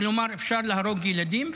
כלומר אפשר להרוג ילדים,